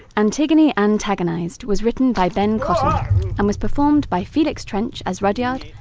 antigone antagonised was written by ben cottam and was performed by felix trench as rudyard,